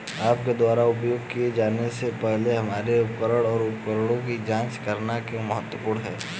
आपके द्वारा उपयोग किए जाने से पहले हमारे उपकरण और उपकरणों की जांच करना क्यों महत्वपूर्ण है?